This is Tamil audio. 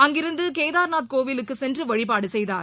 அங்கிருந்து கேதார்நாத் கோவிலுக்கு சென்று வழிபாடு செய்தார்